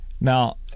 Now